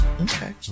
Okay